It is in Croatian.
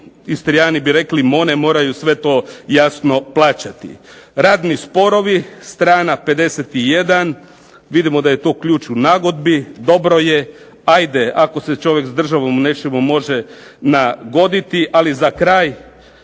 Istrijani bi rekli one moraju to jasno plaćati. Radni sporovi, strana 51, vidimo da je to ključ u nagodbi, dobro je. Ajde ako se čovjek s državom u nečemu može nagoditi. Ali za kraj